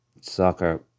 soccer